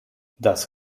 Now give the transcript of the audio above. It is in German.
das